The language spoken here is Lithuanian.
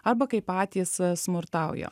arba kai patys smurtauja